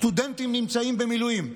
סטודנטים נמצאים במילואים,